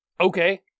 Okay